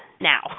now